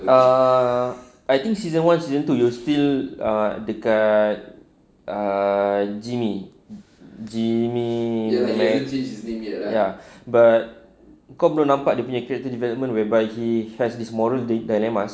ah I think season one season two you still ah dekat ah jimmy jimmy ya but kau belum nampak dia punya character development whereby he has his moral dilemmas